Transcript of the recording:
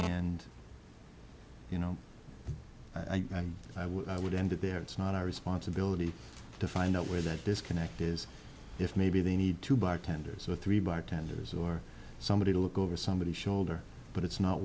and you know i think that i would i would end up there it's not our responsibility to find out where that disconnect is if maybe they need to buy tenders or three buy tenders or somebody to look over somebody's shoulder but it's not